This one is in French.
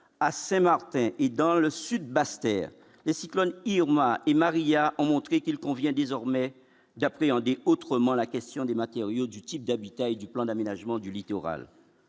à Saint-Martin et dans le sud Basse-Terre et cyclone Irma et Mariya ont montré qu'il convient désormais d'appréhender autrement la question des matériaux du type d'habitat et du plan d'aménagement du littoral,